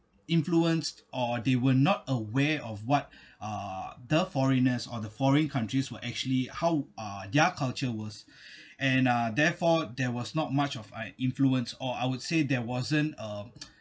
influenced or they were not aware of what uh the foreigners or the foreign countries were actually how uh their culture was and uh therefore there was not much of a influence or I would say there wasn't a